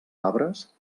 arbres